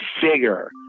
figure